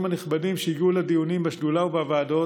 הנכבדים שהגיעו לדיונים בשדולה ובוועדות,